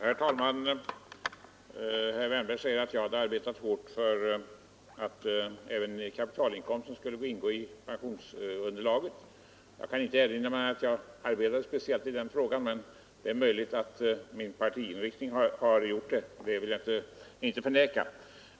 Herr talman! Herr Wärnberg säger att jag arbetade hårt för att även kapitalinkomsten skulle ingå i pensionsunderlaget. Jag kan inte erinra mig att jag arbetade speciellt i den frågan, men det är möjligt att mitt parti har gjort det. Det vill jag inte förneka.